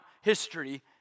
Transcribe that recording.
history